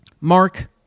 Mark